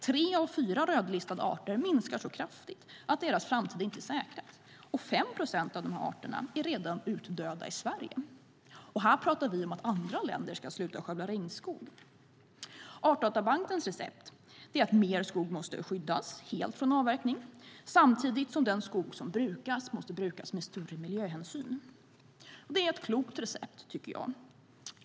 Tre av fyra rödlistade arter minskar så kraftigt att deras framtid inte är säkrad, och 5 procent av dessa arter är redan utdöda i Sverige. Och här pratar vi om att andra länder ska sluta skövla regnskog. Artdatabankens recept är att mer skog måste skyddas helt från avverkning samtidigt som den skog som brukas måste brukas med större miljöhänsyn. Jag tycker att det är ett klokt recept.